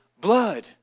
blood